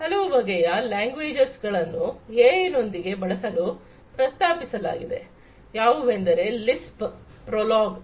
ಹಲವು ಬಗೆಯ ಲ್ಯಾಂಗ್ವೇಜ್ ಗಳನ್ನು ಎಐ ನೊಂದಿಗೆ ಬಳಸಲು ಪ್ರಸ್ತಾಪಿಸಲಾಗಿದೆ ಯಾವುವೆಂದರೆ ಲಿಸ್ಪ್ ಪ್ರೊಲಾಗ್